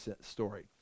story